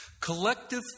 Collective